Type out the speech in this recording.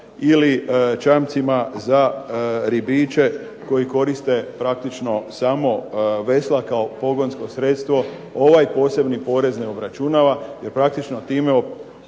ili čamcima za ribiče koji koriste praktički samo vesla kao pogonsko sredstvo ovaj posebni porez ne obračunava, jer praktično time